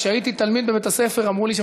כשהייתי תלמיד בבית-הספר אמרו לי שאם